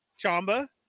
Chamba